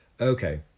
Okay